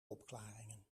opklaringen